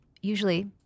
usually